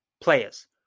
players